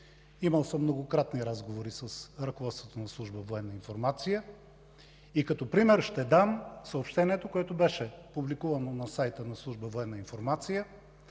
Имал съм многократни разговори с ръководството на тази Служба, и като пример ще дам съобщението, което беше публикувано на сайта на